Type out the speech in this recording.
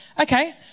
okay